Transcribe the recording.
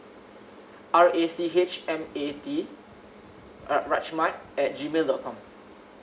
R A C H M A T uh rachmat T G mail dot com